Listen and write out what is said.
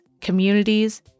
communities